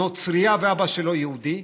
נוצרייה ואבא שלו יהודי,